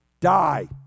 die